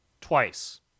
twice